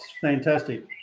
fantastic